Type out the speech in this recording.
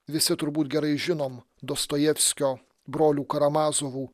visi turbūt gerai žinom dostojevskio brolių karamazovų